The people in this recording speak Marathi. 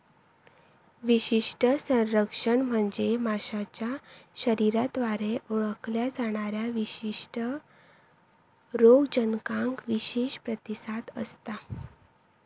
विशिष्ट संरक्षण म्हणजे माशाच्या शरीराद्वारे ओळखल्या जाणाऱ्या विशिष्ट रोगजनकांका विशेष प्रतिसाद असता